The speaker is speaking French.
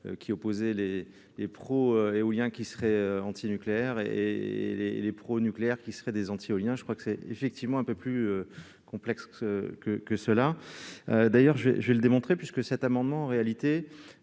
qui opposait les pro-éoliens, qui seraient anti-nucléaires, et les pro-nucléaires, qui seraient des anti-éoliens. Je crois que c'est un peu plus complexe que cela. Je vais d'ailleurs le démontrer, puisque cet amendement s'inscrit